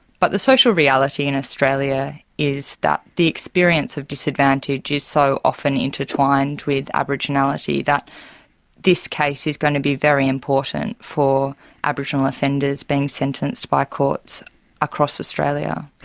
but the social reality in australia is that the experience of disadvantage is so often intertwined with aboriginality that this case is going to be very important for aboriginal offenders being sentenced by courts across australia.